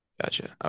gotcha